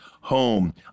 home